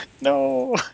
No